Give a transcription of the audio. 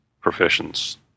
professions